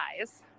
eyes